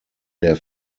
der